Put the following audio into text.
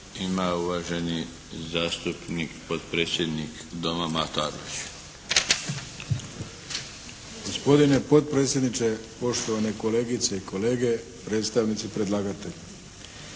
ima uvaženi zastupnik potpredsjednik Doma Mato Arlović. **Arlović, Mato (SDP)** Gospodine potpredsjedniče, poštovane kolegice i kolege, predstavnici predlagatelja.